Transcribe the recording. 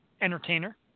entertainer